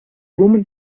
woman